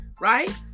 right